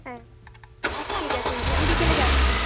হ্যাঁ ঠিক আছে দিদি আমি বিকেলে যাচ্ছি